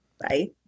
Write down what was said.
Bye